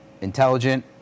intelligent